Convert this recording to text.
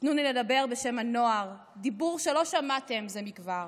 // תנו לי לדבר בשם הנוער / דיבור שלא שמעתם זה מכבר.